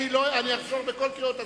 אני אחזור בכל קריאות הסדר.